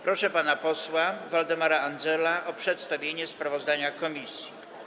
Proszę pana posła Waldemara Andzela o przedstawienie sprawozdania komisji.